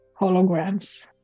holograms